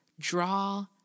Draw